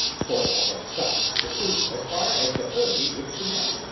for i had sucked the fruit as far as the hurry would permit.